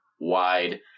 wide